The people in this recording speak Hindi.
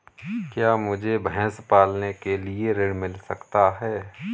क्या मुझे भैंस पालने के लिए ऋण मिल सकता है?